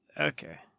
Okay